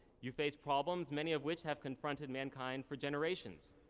you face problems, many of which, have confronted mankind for generations.